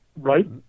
right